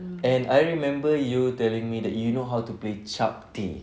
and I remember you telling me that you know how to play chapteh